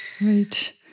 Right